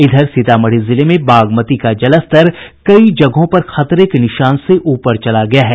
इधर सीतामढ़ी जिले में बागमती का जलस्तर कई जगहों पर खतरे के निशान से ऊपर चला गया है